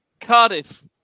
Cardiff